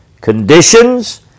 conditions